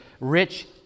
rich